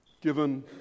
given